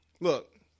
Look